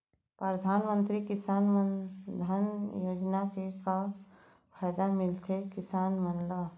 परधानमंतरी किसान मन धन योजना के का का फायदा मिलथे किसान मन ला?